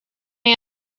man